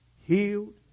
Healed